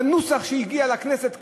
בנוסח שהגיע לכנסת כאן,